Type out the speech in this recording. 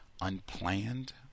unplanned